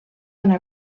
anar